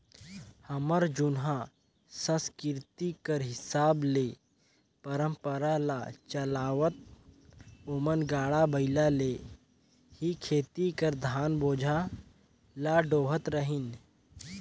हमर जुनहा संसकिरती कर हिसाब ले परंपरा ल चलावत ओमन गाड़ा बइला ले ही खेत कर धान बोझा ल डोहत रहिन